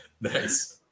Nice